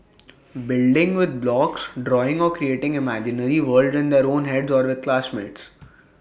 building with blocks drawing or creating imaginary worlds in their own heads or with classmates